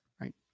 right